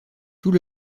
tout